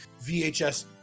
vhs